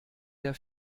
der